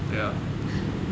对咯